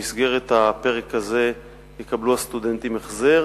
במסגרת הפרק הזה יקבלו הסטודנטים החזר